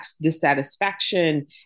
dissatisfaction